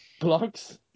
blocks